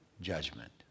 judgment